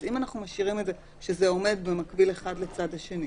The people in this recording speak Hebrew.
אז אם אנחנו משאירים את זה שזה עומד במקביל אחד לצד השני,